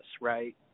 Right